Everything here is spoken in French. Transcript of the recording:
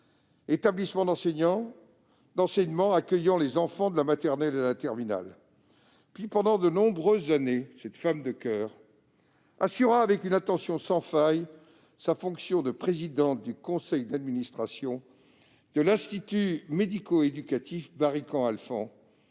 établissement d'enseignement accueillant les enfants de la maternelle à la terminale, puis, pendant de nombreuses années, cette femme de coeur assura avec une attention sans faille sa fonction de présidente du conseil d'administration de l'institut médico-éducatif Bariquand-Alphand,